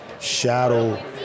shadow